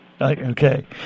Okay